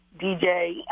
DJ